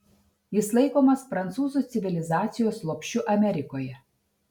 jis laikomas prancūzų civilizacijos lopšiu amerikoje